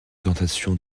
tentation